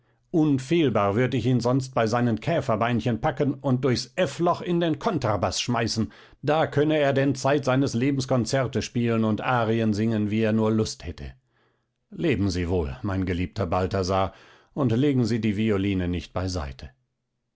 unfehlbar würd ich ihn sonst bei seinen käferbeinchen packen und durchs f loch in den kontrabaß schmeißen da könne er denn zeit seines lebens konzerte spielen und arien singen wie er nur lust hätte leben sie wohl mein geliebter balthasar und legen sie die violine nicht beiseite